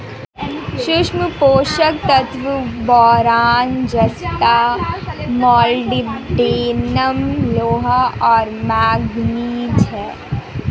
सूक्ष्म पोषक तत्व बोरान जस्ता मोलिब्डेनम लोहा और मैंगनीज हैं